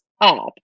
up